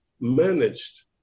managed